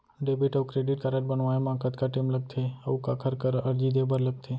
Debit अऊ credit card बनवाए मा कतका टेम लगथे, अऊ काखर करा अर्जी दे बर लगथे?